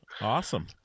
Awesome